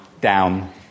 down